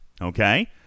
Okay